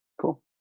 Cool